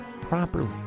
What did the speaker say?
properly